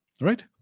right